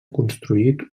construït